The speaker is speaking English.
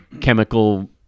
chemical